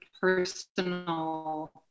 personal